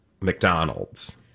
McDonald's